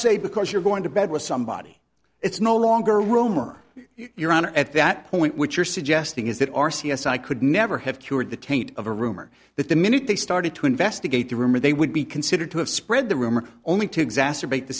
say because you're going to bed with somebody it's no longer rumor your honor at that point which you're suggesting is that r c s i could never have cured the taint of a rumor that the minute they started to investigate the rumor they would be considered to have spread the rumor only to exacerbate the